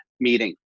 meeting